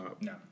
No